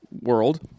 world